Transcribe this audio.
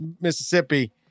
Mississippi